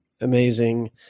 amazing